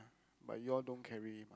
but you all don't carry him ah